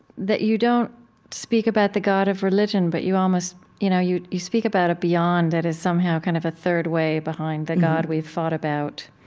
that you don't speak about the god of religion but you almost you know you you speak about a beyond that is somehow kind of a third-way behind the god we've thought about,